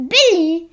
Billy